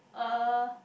uh